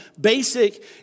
basic